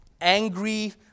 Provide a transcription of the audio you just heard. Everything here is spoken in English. angry